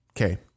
Okay